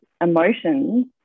emotions